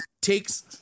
takes